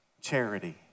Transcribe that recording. charity